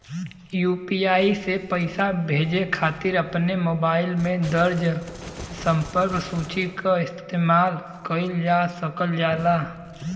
UPI से पइसा भेजे खातिर अपने मोबाइल में दर्ज़ संपर्क सूची क इस्तेमाल कइल जा सकल जाला